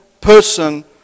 person